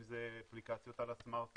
אם זה אפליקציות על הסמארטפון,